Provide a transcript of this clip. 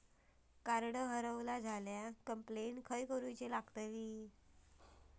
Card हरवला झाल्या complaint खय करूची लागतली?